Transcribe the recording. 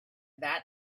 that